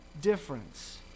difference